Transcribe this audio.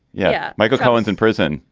yeah. michael collins in prison.